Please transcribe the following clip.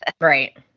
Right